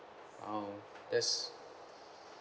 !wow! that's